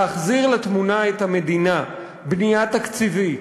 להחזיר לתמונה את המדינה: בנייה תקציבית,